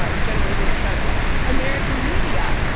ah he generally didn't trust american media.